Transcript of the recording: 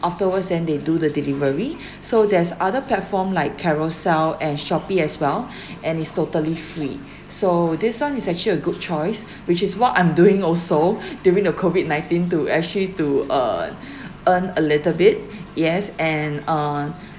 afterwards then they do the delivery so there's other platform like carousell and shopee as well and it's totally free so this one is actually a good choice which is what I'm doing also during the COVID nineteen to actually to uh earn a little bit yes and on